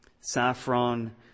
saffron